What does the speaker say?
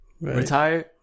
Retired